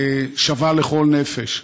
שווה לכל נפש.